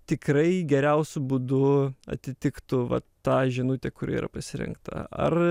tikrai geriausiu būdu atitiktų vat tą žinutę kuri yra pasirinkta ar